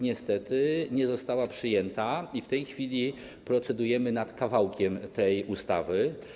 Niestety nie została przyjęta i w tej chwili procedujemy nad kawałkiem tej ustawy.